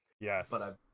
Yes